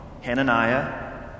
Hananiah